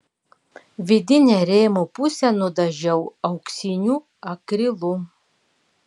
vidinę rėmo pusę nudažiau auksiniu akrilu